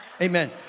Amen